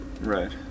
right